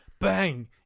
bang